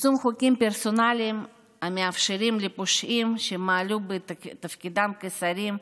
יישום חוקים פרסונליים המאפשרים לפושעים שמעלו בתפקידם כשרים,